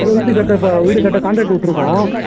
அது வந்து கேட்டால் இப்போ வீடு கட்ட காண்ட்ராக்ட் விட்டுருக்கோம்